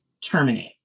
terminate